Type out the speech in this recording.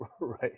Right